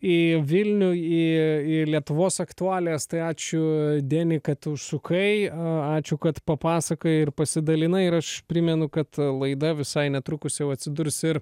į vilnių į į lietuvos aktualijas tai ačiū deni kad tu užsukai ačiū kad papasakojai ir pasidalinai ir aš primenu kad laida visai netrukus jau atsidurs ir